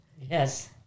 Yes